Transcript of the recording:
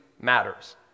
Matters